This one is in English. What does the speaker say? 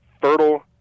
fertile